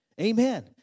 Amen